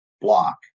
block